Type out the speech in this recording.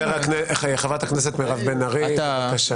חברת הכנסת מירב בן ארי, בבקשה.